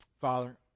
Father